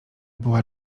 była